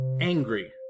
angry